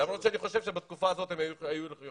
למרות שאני חושב שבתקופה הזאת הם היו יכולים